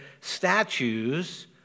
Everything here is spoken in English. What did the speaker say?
statues